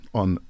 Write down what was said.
on